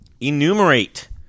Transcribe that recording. enumerate